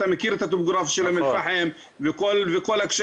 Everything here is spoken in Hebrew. אתה מכיר את הטופוגרפיה של אום אל פחם וכל הקשיים.